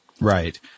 Right